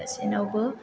गासिनावबो